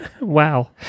wow